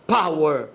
power